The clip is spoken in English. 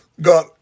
God